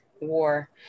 war